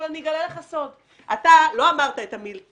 אבל אני אגלה לך סוד: אתה לא אמרת את המילים